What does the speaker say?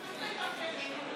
תודה רבה, אדוני היושב-ראש,